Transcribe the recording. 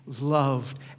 loved